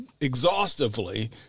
Exhaustively